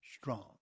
strong